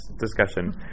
discussion